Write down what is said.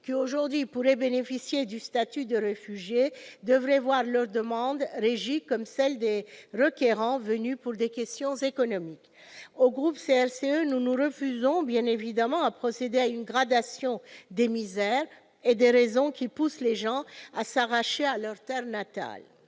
aujourd'hui bénéficier du statut de réfugié devaient voir leur demande traitée comme celles des requérants venus pour des raisons économiques. Au groupe CRCE, nous nous refusons bien évidemment à procéder à une gradation des misères et des raisons qui poussent les gens à s'arracher à leur terre natale.